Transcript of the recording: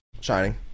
Shining